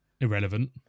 Irrelevant